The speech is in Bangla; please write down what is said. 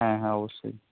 হ্যাঁ হ্যাঁ অবশ্যই